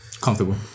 comfortable